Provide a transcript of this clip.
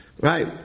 Right